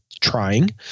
trying